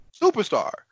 superstar